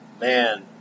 Man